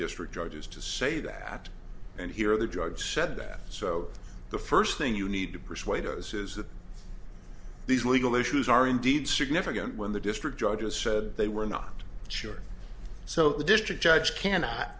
district judges to say that and here are the drugs said that so the first thing you need to persuade owes is that these legal issues are indeed significant when the district judge has said they were not sure so the district judge cannot